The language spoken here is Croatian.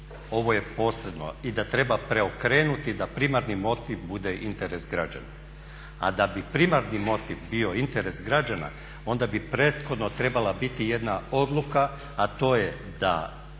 Ovo je posredno. I da treba preokrenuti da primarni motiv bude interes građana. A da bi primarni motiv bio interes građana onda bi prethodno trebala biti jedna odluka a to je da